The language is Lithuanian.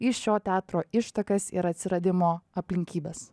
į šio teatro ištakas ir atsiradimo aplinkybes